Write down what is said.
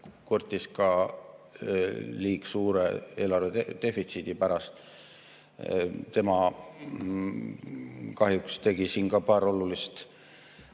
kurtis ka liiga suure eelarvedefitsiidi pärast. Tema kahjuks tegi ka paar olulist